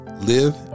live